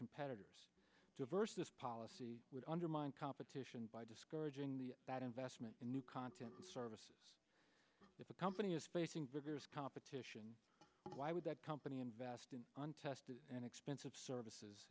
competitors diverse this policy would undermine competition by discouraging the bad investment in new content services if a company is facing vigorous competition why would the company invest in on tested and expensive services